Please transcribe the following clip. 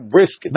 risk